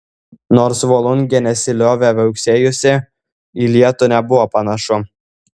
nors volungė nesiliovė viauksėjusi į lietų nebuvo panašu